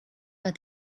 but